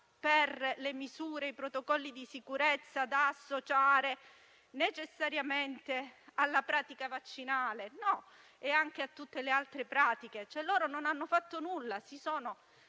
le misure e i protocolli di sicurezza da associare necessariamente alla pratica vaccinale e a tutte le altre pratiche. Non hanno fatto nulla e si sono